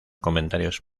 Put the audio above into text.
comentarios